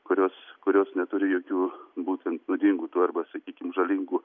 kurios kurios neturi jokių būtent nuodingų tų arba sakykim žalingų